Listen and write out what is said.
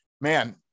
man